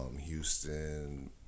Houston